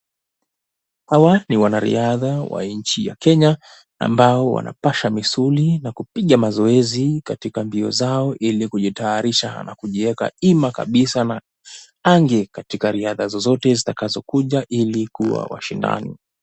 Hawa ni wanariadha wa nchi ya Kenya ambao wanapasha misuli na kupiga mazoezi katika mbio zao ilikujitayarisha na kujiweka ima kabisa na ange katika riadha zozote zitakazokuja ili kuwa washindani.